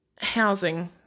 housing